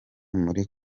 muri